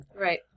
Right